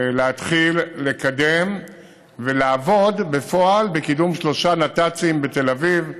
להתחיל לקדם ולעבוד בפועל לקידום שלושה נת"צים בתל אביב,